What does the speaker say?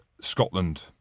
Scotland